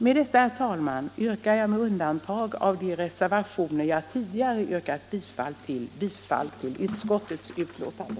Med detta, herr talman, yrkar jag bifall till reservationerna 12, 17, 18, 19, 22 och 24, samt i övrigt bifall till utskottets betänkande.